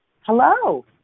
Hello